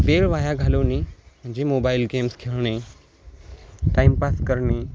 वेळ वाया घालवणे म्हणजे मोबाईल गेम्स खेळणे टाइमपास करणे